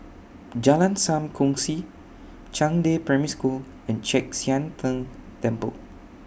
Jalan SAM Kongsi Zhangde Primary School and Chek Sian Tng Temple